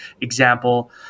example